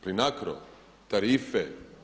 Plinacro, tarife.